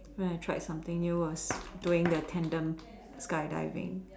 when I tried something new was doing the tandem skydiving